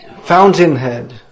fountainhead